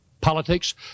politics